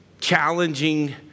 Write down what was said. challenging